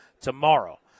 tomorrow